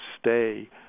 stay